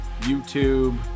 YouTube